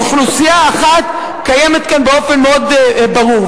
אוכלוסייה אחת קיימת כאן באופן מאוד ברור,